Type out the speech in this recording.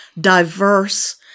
diverse